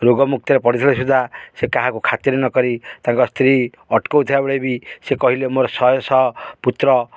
ରୋଗମୁକ୍ତରେ ପଡ଼ିଥିଲେ ସୁଦ୍ଧା ସେ କାହାକୁ ଖାତିରି ନକରି ତାଙ୍କ ସ୍ତ୍ରୀ ଅଟକଉଥିବା ବେଳେ ବି ସେ କହିଲେ ମୋର ଶହେ ଶହ ପୁତ୍ର